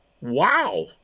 wow